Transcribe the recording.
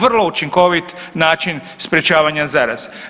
Vrlo učinkovit način sprječavanje zaraze.